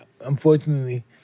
Unfortunately